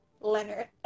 Leonard